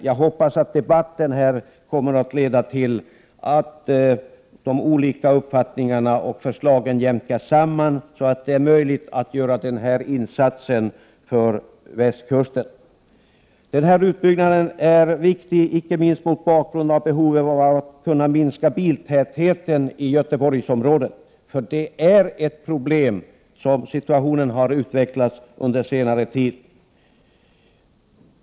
Jag hoppas att debatten kommer att leda till att de olika uppfattningarna och förslagen jämkas samman, så att det blir möjligt att göra denna insats för västkusten. Utbyggnaden är viktig icke minst mot bakgrund av behovet av att minska biltätheten i Göteborgsområdet, där utvecklingen under senare tid har inneburit problem.